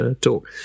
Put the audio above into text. talk